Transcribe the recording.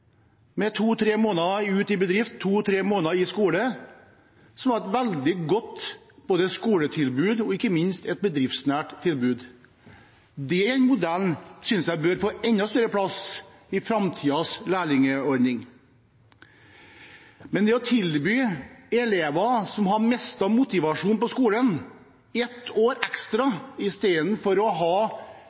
måneder ute i bedrift og to–tre måneder i skole, noe som var et veldig godt skoletilbud og ikke minst et bedriftsnært tilbud. Den modellen synes jeg bør få enda større plass i framtidens lærlingordning. Nå foreslår man å tilby elever som har mistet motivasjonen på skolen, ett år ekstra, istedenfor å